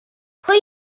pwy